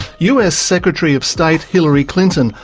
us secretary of state, hillary clinton,